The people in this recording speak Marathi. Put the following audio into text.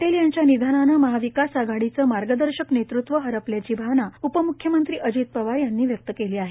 पटेल यांच्या निधनाने महाविकास आघाडीचं मार्गदर्शक नेतृत्व हरपल्याची भावना उपम्ख्यमंत्री अजित पवार यांनी व्यक्त केली आहे